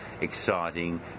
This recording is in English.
exciting